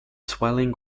swelling